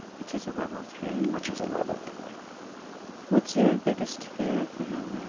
which is a level three? which is a level three what's your biggest fear for him now?